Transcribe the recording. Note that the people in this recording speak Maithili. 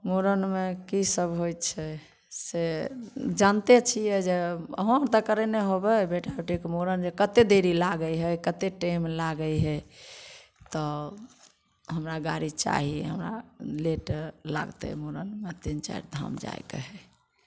मुड़नमे की सब होइ छै से जानिते छियै जे अहुँ तऽ करने होबय बेटा बेटीके मूड़न कते देरी लगय हइ कते टाइम लागय हइ तब हमरा गाड़ी चाही हमरा लेट लागतय मुड़नमे तीन चारि धाम जाइके हइ